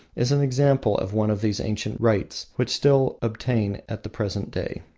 is an example of one of these ancient rites which still obtain at the present day.